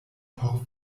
por